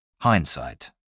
Hindsight